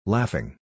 Laughing